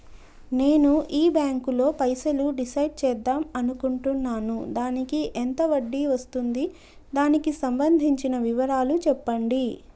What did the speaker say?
నేను ఈ బ్యాంకులో పైసలు డిసైడ్ చేద్దాం అనుకుంటున్నాను దానికి ఎంత వడ్డీ వస్తుంది దానికి సంబంధించిన వివరాలు చెప్పండి?